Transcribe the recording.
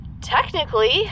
Technically